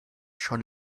schon